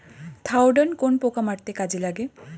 Thiodan কোন পোকা মারতে কাজে লাগে?